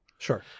Sure